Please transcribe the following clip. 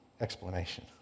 explanation